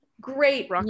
Great